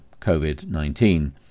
COVID-19